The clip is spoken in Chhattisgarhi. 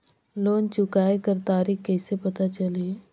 लोन चुकाय कर तारीक कइसे पता चलही?